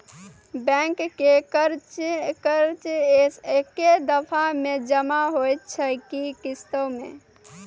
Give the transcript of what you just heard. Bank के कर्जा ऐकै दफ़ा मे जमा होय छै कि किस्तो मे?